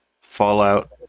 Fallout